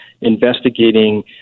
investigating